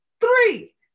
three